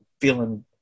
feeling